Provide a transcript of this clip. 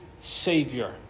Savior